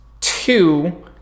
Two